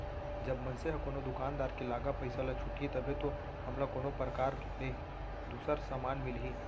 जब मनसे ह कोनो दुकानदार के लागा पइसा ल छुटही तभे तो हमला कोनो परकार ले दूसर समान मिलही